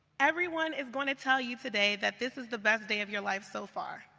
everyone is going to tell you today that this is the best day of your life so far,